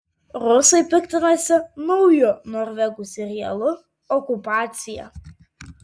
rusai piktinasi nauju norvegų serialu okupacija